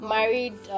Married